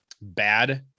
bad